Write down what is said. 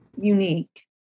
unique